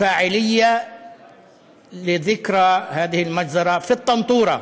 פעילות לציון הטבח הזה בטנטורה.